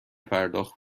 پرداخت